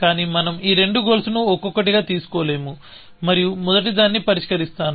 కానీ మనం ఈ రెండు గోల్స్ ను ఒక్కొక్కటిగా తీసుకోలేము మరియు మొదటిదాన్ని పరిష్కరిస్తాను